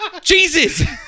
Jesus